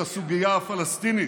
את הסוגיה הפלסטינית.